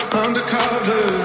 undercover